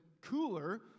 cooler